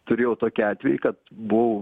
turėjau tokį atvejį kad buvau